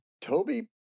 Toby